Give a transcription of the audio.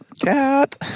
Cat